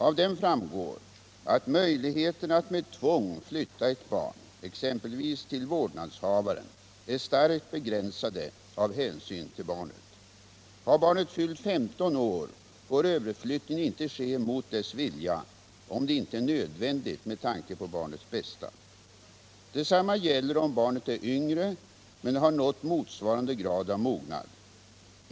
Av dem framgår att möjligheterna att med tvång flytta ett barn exempelvis till vårdnadshavaren är starkt begränsade med hänsyn till barnet. Har barnet fyllt 15 år, får överflyttning inte ske mot dess vilja, om det inte är nödvändigt med tanke på barnets bästa. Detsamma gäller om barnet är yngre men har nått motsvarande grad av mognad.